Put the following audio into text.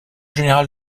général